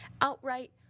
outright